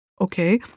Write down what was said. Okay